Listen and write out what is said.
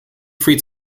free